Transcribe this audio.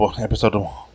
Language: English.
episode